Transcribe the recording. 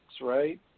right